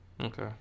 Okay